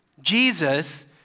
Jesus